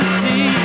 see